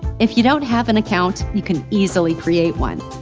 if you don't have an account, you can easily create one.